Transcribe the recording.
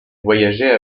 voyageait